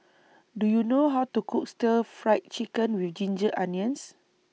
Do YOU know How to Cook Stir Fried Chicken with Ginger Onions